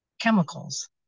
chemicals